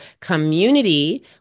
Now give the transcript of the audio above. community